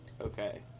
okay